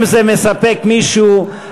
אם זה מספק מישהו,